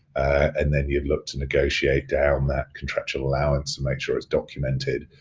and then you'd look to negotiate down that contractual allowance to make sure it's documented.